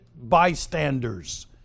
bystanders